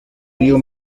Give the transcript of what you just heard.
río